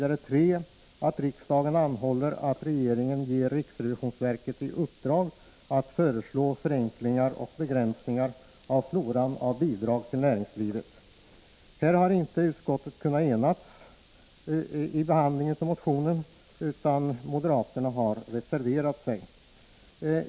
För det tredje föreslås att riksdagen anhåller att regeringen ger riksrevisionsverket i uppdrag att föreslå förenklingar och begränsningar i floran av bidrag till näringslivet. Utskottet har inte kunnat enas i behandlingen av motionen, utan moderaterna har reserverat sig.